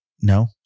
No